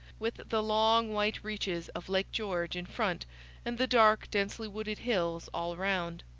with the long, white reaches of lake george in front and the dark, densely wooded hills all round.